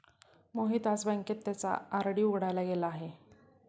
मोहित आज बँकेत त्याचा आर.डी उघडायला गेला